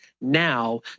now